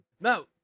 No